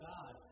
God